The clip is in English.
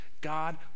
God